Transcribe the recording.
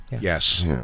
Yes